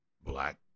Black